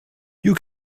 you